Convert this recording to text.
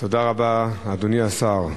תודה רבה, אדוני השר.